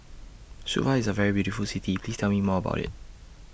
Suva IS A very beautiful City Please Tell Me More about IT